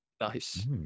Nice